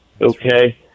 okay